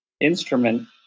instrument